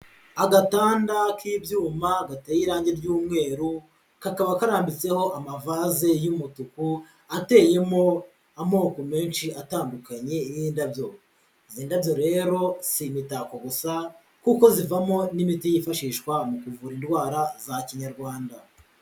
Agatanda k'ibyuma gateye irangi ry'umweru, kakaba karambitseho amavaze y'umutuku, ateyemo amoko menshi atandukanye y'indabyo, izi ndabyo rero si imitako gusa kuko zivamo n'imiti yifashishwa mu kuvura indwara za Kinyarwanda.